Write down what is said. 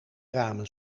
ramen